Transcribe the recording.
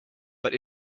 but